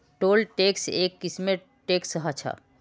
toll tax एक किस्मेर tax ह छः